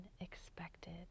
unexpected